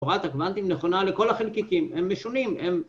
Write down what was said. ‫תורת הקוונטים נכונה לכל החלקיקים, ‫הם משונים, הם...